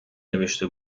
نوشته